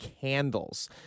candles